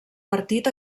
partit